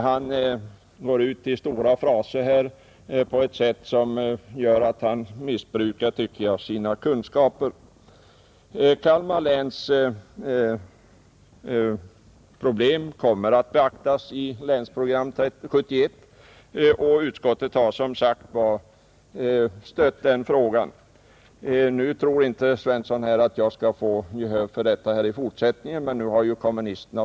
Han går ut här med stora fraser på ett sätt som tyder på att han missbrukar sina kunskaper. Kalmar läns problem kommer att beaktas; utskottet har alltså stött Nr 77 mig i denna fråga. Nu tror herr Svensson i Malmö att jag i fortsättningen inte kommer att vinna gehör för mina strävanden.